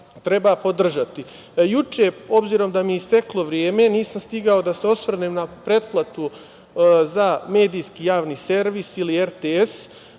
treba podržati. Juče, obzirom da mi je isteklo vreme, nisam stigao da se osvrnem na pretplatu za medijski javni servis ili RTS.